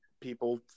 people